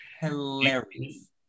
Hilarious